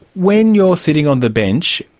when you're sitting on the bench,